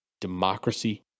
democracy